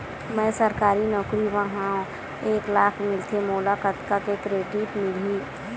मैं सरकारी नौकरी मा हाव एक लाख मिलथे मोला कतका के क्रेडिट मिलही?